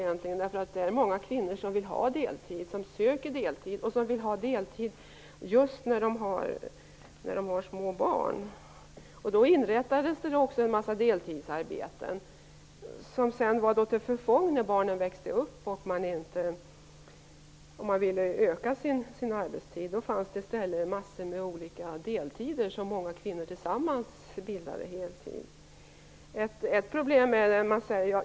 Det är många kvinnor som söker deltid och som vill ha deltid just när de har små barn. Det inrättades också en massa deltidsarbeten, som sedan var till förfång. När barnen växte upp och man ville öka sin arbetstid, fanns det i stället massor av deltider som för flera kvinnor tillsammans bildade heltid.